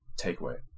takeaway